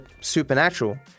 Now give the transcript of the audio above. supernatural